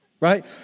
Right